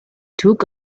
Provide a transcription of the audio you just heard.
took